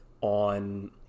on